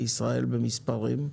במספרים.